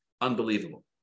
unbelievable